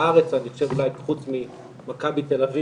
בארץ אני חושב אולי חוץ ממכבי תל אביב